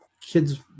Kids